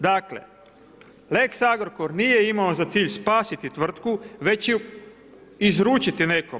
Dakle, lex Agrokor nije imao za cilj spasiti tvrtku već ju izručiti nekom.